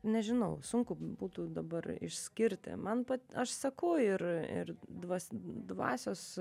nežinau sunku būtų dabar išskirti man pat aš sakau ir a ir dvas dvasios